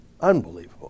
unbelievable